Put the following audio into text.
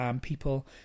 People